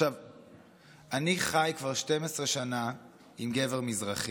אני חי כבר 12 שנה עם גבר מזרחי,